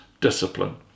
discipline